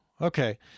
okay